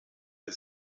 der